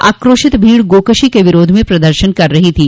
आक्रोशित भीड़ गोकशी के विरोध में प्रदर्शन कर रही थी